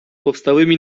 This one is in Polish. powstałymi